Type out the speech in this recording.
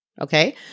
Okay